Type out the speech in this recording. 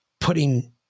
putting